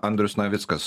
andrius navickas